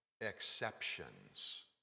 exceptions